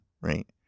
right